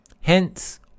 Hence